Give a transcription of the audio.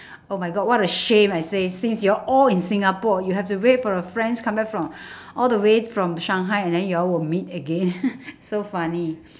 oh my god what a shame I say since you're all in singapore you have to wait for a friends come back from all the way from shanghai and then you all would meet again so funny